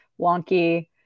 wonky